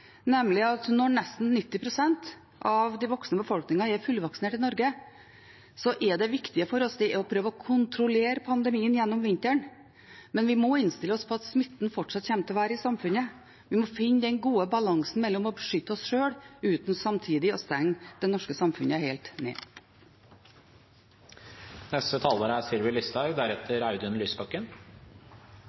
at når nesten 90 pst. av den voksne befolkningen er fullvaksinert i Norge, er det viktige for oss å prøve å kontrollere pandemien gjennom vinteren. Men vi må innstille oss på at smitten fortsatt kommer til å være i samfunnet. Vi må finne den gode balansen mellom å beskytte oss sjøl uten samtidig å stenge det norske samfunnet helt ned.